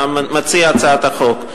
מציע הצעת החוק,